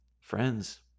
friends